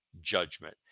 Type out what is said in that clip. judgment